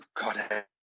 God